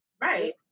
right